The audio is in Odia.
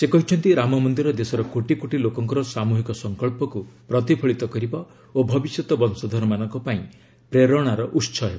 ସେ କହିଛନ୍ତି ରାମ ମନ୍ଦିର ଦେଶର କୋଟି କୋଟି ଲୋକଙ୍କର ସାମ୍ବହିକ ସଙ୍କଚ୍ଚକୁ ପ୍ରତିଫଳିତ କରିବ ଓ ଭବିଷ୍ୟତ ବଂଶଧରମାନଙ୍କ ପାଇଁ ପ୍ରେରଣାର ଉତ୍ସ ହେବ